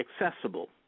accessible